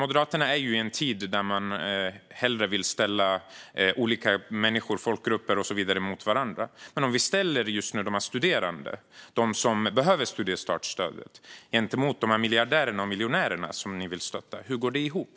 Moderaterna är i en tid där de hellre vill ställa olika människor, folkgrupper, och så vidare, mot varandra. Om vi ställer de studerande som behöver studiestartsstödet mot de miljardärer och miljonärer som ni vill stötta, hur går det ihop?